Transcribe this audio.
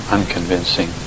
Unconvincing